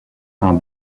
are